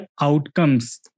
outcomes